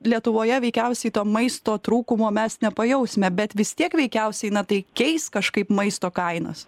lietuvoje veikiausiai to maisto trūkumo mes nepajausime bet vis tiek veikiausiai na tai keis kažkaip maisto kainas